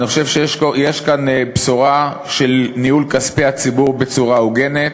אני חושב שיש כאן בשורה של ניהול כספי הציבור בצורה הוגנת.